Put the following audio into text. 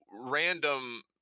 random